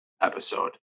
episode